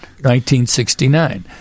1969